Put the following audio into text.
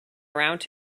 around